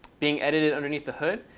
being edited underneath the hood.